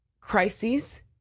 crises